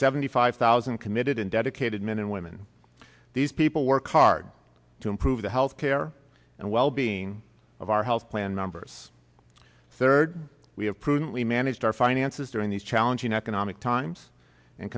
seventy five thousand committed and dedicated men and women these people work hard to improve the health care and well being of our health plan members third we have proven we managed our finances during these challenging economic times and